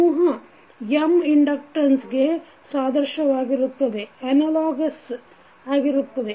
ಸಮೂಹ M ಇಂಡಕ್ಟನ್ಸಗೆ ಸಾದೃಶ್ಯವಾಗಿರುತ್ತದೆ